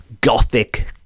gothic